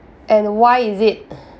and why is it